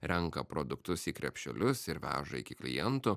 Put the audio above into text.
renka produktus į krepšelius ir veža iki klientų